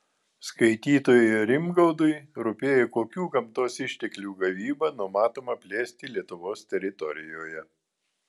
skaitytojui rimgaudui rūpėjo kokių gamtos išteklių gavybą numatoma plėsti lietuvos teritorijoje